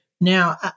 Now